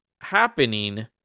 happening